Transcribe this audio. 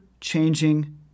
changing